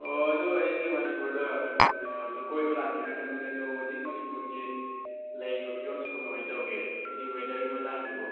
ꯑꯣ ꯑꯗꯨ ꯑꯩꯁꯦ ꯃꯅꯤꯄꯨꯔꯗ ꯀꯣꯏꯕ ꯂꯥꯛꯀꯦꯅ ꯈꯟꯕꯅꯦ ꯑꯗꯨ ꯍꯧꯖꯤꯛ ꯃꯅꯤꯄꯨꯔꯒꯤ ꯂꯩꯔꯤꯕ ꯐꯤꯕꯝꯁꯤꯕꯨ ꯀꯃꯥꯏ ꯇꯧꯒꯦ ꯍꯥꯏꯗꯤ ꯋꯦꯗꯔꯒꯤ ꯃꯇꯥꯡꯁꯤꯕꯨ